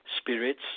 spirits